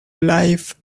life